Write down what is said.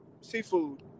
Seafood